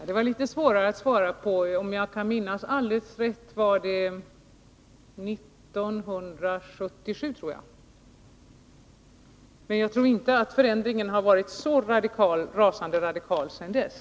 Herr talman! Om jag minns rätt hölls den 1977. Jag tror inte att förändringen har varit så rasande radikal sedan dess.